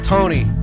Tony